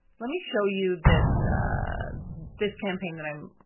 let me show you this this campaign that i'm,